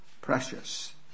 precious